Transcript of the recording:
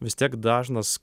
vis tiek dažnas